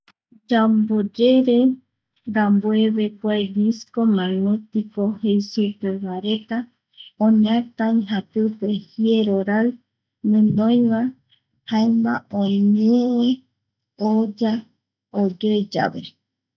Yamboyere rambueve kua disco magnetico jei supe va reta oñatai japipe jiero rai guinoi va jaema oñee oya oyoeyave